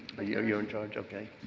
ah you in charge? okay.